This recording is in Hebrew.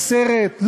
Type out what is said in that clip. מייסרת.